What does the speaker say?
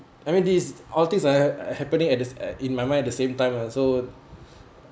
I mean this is all things uh are happening at this in my mind at the same time uh so